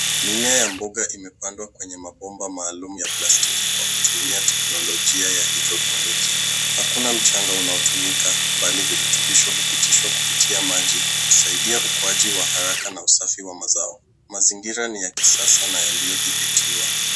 Mimea ya mboga imepandwa kwenye mabomba maalum ya plastiki kwa kutumia teknolojia ya [cs ] hydroponic[cs ]. Hakuna mchanga unao tumika bali virutubisho hupitishwa kupitia maji kusaidia ukuaji wa haraka na usafi wa mazao . Mazingira ni ya kisasa na yaliyo dhibitiwa.